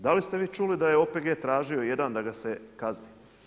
Da li ste vi čuli da je OPG tražio jedan da ga se kazni?